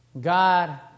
God